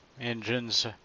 engines